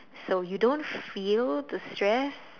so you don't feel the stress